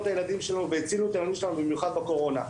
את הילדים שלנו והצילו את הילדים שלנו במיוחד בקורונה.